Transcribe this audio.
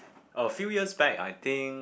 a few years back I think